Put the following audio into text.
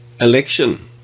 election